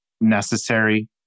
necessary